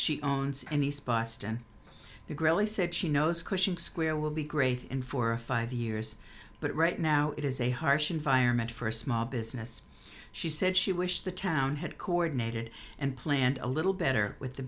she owns and east boston grilli said she knows cushing square will be great in four or five years but right now it is a harsh environment for a small business she said she wished the town had coordinated and planned a little better with the